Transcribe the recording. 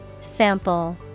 Sample